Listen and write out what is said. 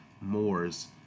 Moors